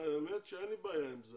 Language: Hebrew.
האמת שאין לי בעיה עם זה